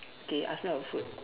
okay ask me about food